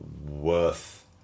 worth